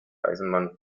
eisenbahn